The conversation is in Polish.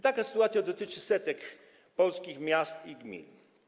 Taka sytuacja dotyczy setek polskich miast i gmin.